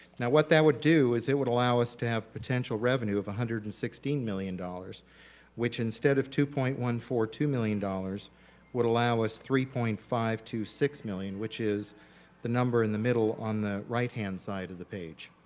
now what that would do is it would allow us to have potential revenue of one hundred and sixteen million dollars which instead of two point one four two million dollars would allow us three point five two six million which is the number in the middle on the right hand side of the page.